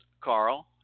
carl